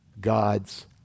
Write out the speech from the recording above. God's